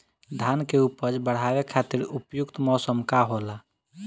धान के उपज बढ़ावे खातिर उपयुक्त मौसम का होला?